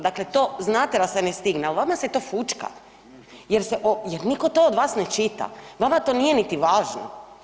Dakle to znate da se ne stigne, ali vama se to fućka jer se o, jer nitko to od vas ne čita, vama to nije niti važno.